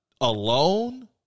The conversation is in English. alone